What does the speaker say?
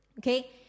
okay